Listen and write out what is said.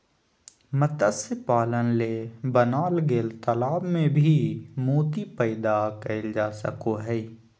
मत्स्य पालन ले बनाल गेल तालाब में भी मोती पैदा कइल जा सको हइ